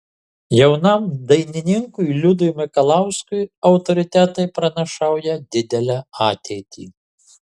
jaunam dainininkui liudui mikalauskui autoritetai pranašauja didelę ateitį